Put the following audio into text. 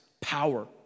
power